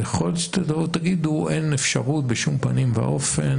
ויכול להיות שאתם תבואו ותגידו שאין אפשרות בשום פנים ואופן,